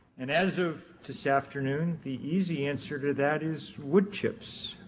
and as of this afternoon, the easy answer to that is wood chips.